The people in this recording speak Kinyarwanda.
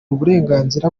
uburenganzira